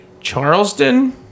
Charleston